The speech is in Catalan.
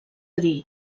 dir